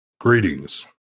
Greetings